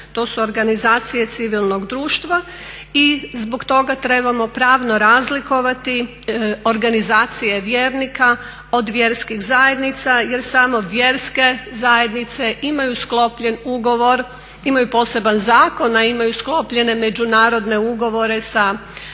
To su organizacije civilnog društva i zbog toga trebamo pravno razlikovati organizacije vjernika od vjerskih zajednica jer samo vjerske zajednice imaju sklopljen ugovor, imaju poseban zakon, a imaju sklopljene međunarodne ugovore sa Vatikanom